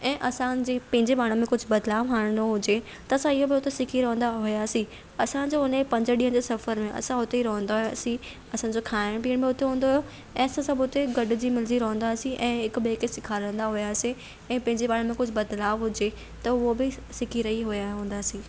ऐं असांजे पंहिंजे पाण में कुझु बदिलाउ आणणो हुजे त असां इहो पियो त सिखी रहंदा हुयासीं असांजो हुने पंज ॾींहं जे सफ़र में असां हुते ई रहंदा हुयासीं असांजो खाइण पीअण में हुते हूंदो हुयो ऐं असां सभु हुते गॾिजी मिलजी रहंदा हुयासीं ऐं हिक ॿिए खे सेखारींदा हुयासीं ऐं पंहिंजे पाण में कुझु बदिलाउ हुजे त उहो बि सिखी रही हुया हूंदासीं